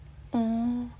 oh